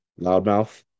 loudmouth